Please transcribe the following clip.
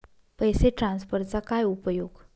पैसे ट्रान्सफरचा काय उपयोग?